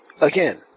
Again